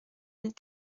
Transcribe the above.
mille